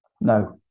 No